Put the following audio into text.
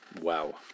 Wow